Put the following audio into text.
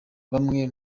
bamwe